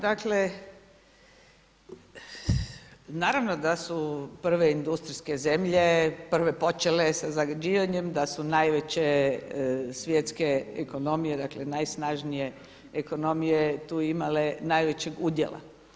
Dakle, naravno da su prve industrijske zemlje prve počele sa zagađivanjem, da su najveće svjetske ekonomije najsnažnije ekonomije tu imale najvećeg udjela.